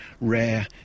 rare